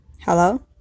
Hello